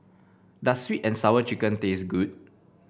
does sweet and Sour Chicken taste good